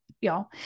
y'all